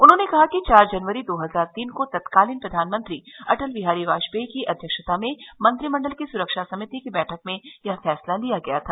उन्होंने कहा कि चार जनवरी दो हजार तीन को तत्कालीन प्रधानमंत्री अटल बिहारी वाजपेयी की अध्यक्षता में मंत्रिमंडल की सुरक्षा समिति की बैठक में यह फैसला लिया गया था